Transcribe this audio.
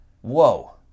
Whoa